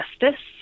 justice